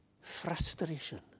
frustration